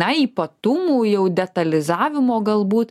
na ypatumų jau detalizavimo galbūt